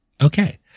Okay